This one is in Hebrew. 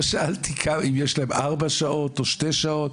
לא שאלתי אם יש להם ארבע או שתי שעות,